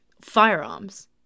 firearms